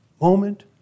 moment